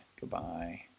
goodbye